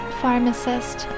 pharmacist